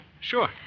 Sure